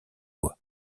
bois